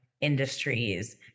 industries